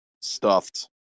Stuffed